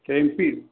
কেম্পি